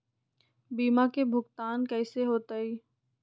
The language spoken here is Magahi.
बीमा के भुगतान कैसे होतइ?